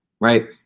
right